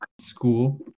school